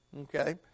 okay